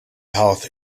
health